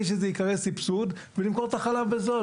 שזה יקרא סבסוד ולמכור את החלב בזול.